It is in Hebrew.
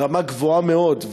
ברמה גבוהה מאוד.